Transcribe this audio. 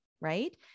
right